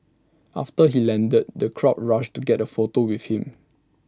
after he landed the crowds rushed to get A photo with him